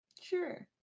Sure